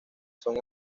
son